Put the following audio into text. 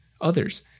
Others